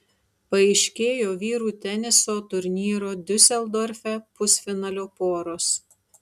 paaiškėjo vyrų teniso turnyro diuseldorfe pusfinalio poros